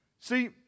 see